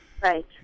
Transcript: right